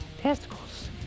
Testicles